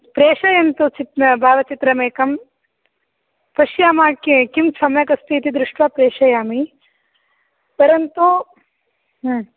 प्रेषयन्तु चित् भावचित्रमेकं पश्याम के किं सम्यक् अस्तीति दृष्ट्वा प्रेषयामि परन्तु